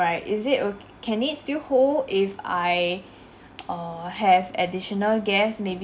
~ght is it oka~ can it still hold if I err have additional guest may~